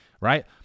Right